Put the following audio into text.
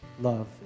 love